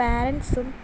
പേരൻസും